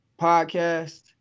podcast